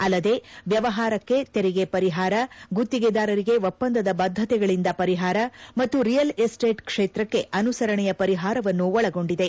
ಅಲ್ಲದೆ ವ್ಯವಾರಕ್ಕೆ ತೆರಿಗೆ ಪರಿಪಾರ ಗುತ್ತಿಗೆದಾರರಿಗೆ ಒಪ್ಪಂದದ ಬದ್ಧತೆಗಳಿಂದ ಪರಿಪಾರ ಮತ್ತು ರಿಯಲ್ ಎಸ್ಟೇಟ್ ಕ್ಷೇತ್ರಕ್ಕೆ ಅನುಸರಣೆಯ ಪರಿಪಾರವನ್ನು ಒಳಗೊಂಡಿದೆ